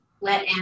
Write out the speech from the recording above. let